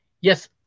Yes